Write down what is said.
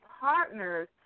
partners